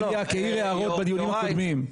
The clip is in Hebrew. בליאק העיר הערות בדיונים הקודמים.